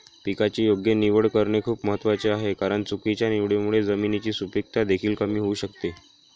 पिकाची योग्य निवड करणे खूप महत्वाचे आहे कारण चुकीच्या निवडीमुळे जमिनीची सुपीकता देखील कमी होऊ शकते